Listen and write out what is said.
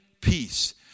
peace